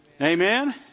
Amen